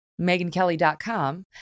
MeganKelly.com